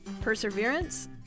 perseverance